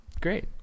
Great